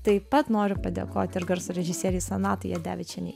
taip pat noriu padėkoti ir garso režisierei sonatai jadevičienei